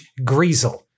Greasel